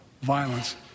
violence